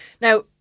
now